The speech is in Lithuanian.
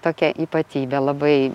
tokią ypatybę labai